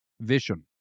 vision